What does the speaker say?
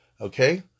Okay